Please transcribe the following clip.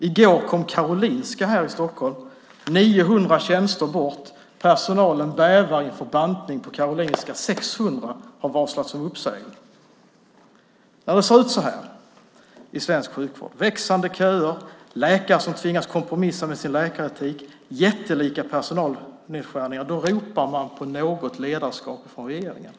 I går stod det om Karolinska här i Stockholm: 900 tjänster bort. Personalen bävar inför bantning på Karolinska. 600 har varslats om uppsägning. När det ser ut så här i svensk sjukvård - alltså växande köer, läkare som tvingas kompromissa med sin läkaretik och jättelika personalnedskärningar - ropar man på ett ledarskap från regeringen.